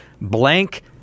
blank